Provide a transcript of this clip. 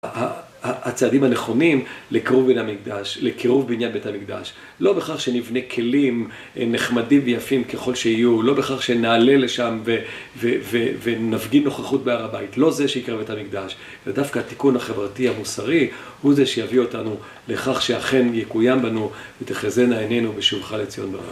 הצעדים הנכונים לקרוב בית המקדש, לקירוב בעניין בית המקדש, לא בכך שנבנה כלים נחמדים ויפים ככל שיהיו, לא בכך שנעלה לשם ונפגין נוכחות בהר הבית, לא זה שיקרב את המקדש, אלא דווקא התיקון החברתי המוסרי, הוא זה שיביא אותנו לכך שאכן יקוים בנו ותחזינה עינינו בשומחה לציון בראש.